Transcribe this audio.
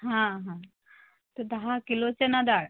हा हा तर दहा किलो चना डाळ